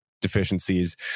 deficiencies